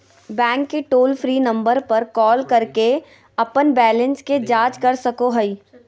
bank के toll free number पर call करके अपन बैलेंस के जांच कर सको हइ